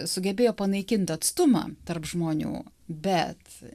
sugebėjo panaikint atstumą tarp žmonių bet